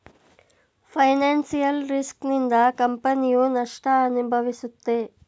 financial risk ನಿಂದ ಕಂಪನಿಯು ನಷ್ಟ ಅನುಭವಿಸುತ್ತೆ